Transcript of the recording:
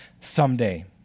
someday